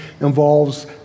involves